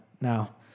now